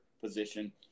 position